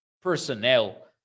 personnel